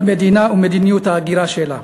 כל מדינה ומדיניות ההגירה שלה,